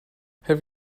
have